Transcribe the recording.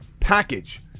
package